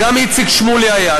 וגם איציק שמולי היה.